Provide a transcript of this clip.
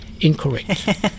incorrect